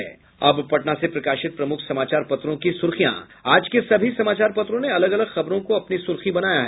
अब पटना से प्रकाशित प्रमुख समाचार पत्रों की सुर्खियां आज के सभी समाचार पत्रों ने अलग अलग खबरों को अपनी सुर्खी बनाया है